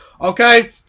Okay